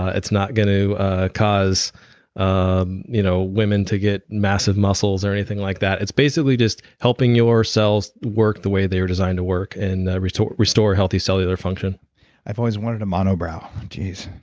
ah it's not going to ah cause um you know women to get massive muscles or anything like that. it's basically just helping yourselves work the way they're designed to work and restore restore healthy cellular function i've always wanted a mono brow, jeez!